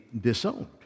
disowned